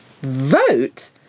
Vote